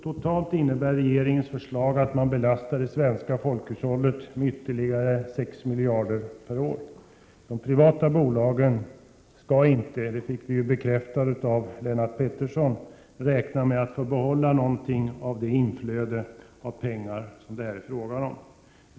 Totalt innebär regeringens förslag att man belastar det svenska folkhushållet med ytterligare 6 miljarder kronor per år. De privata bolagen skall inte — det fick vi ju bekräftat av Lennart Pettersson — räkna med att få behålla någonting av det inflöde av pengar som det här är fråga om.